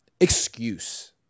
excuse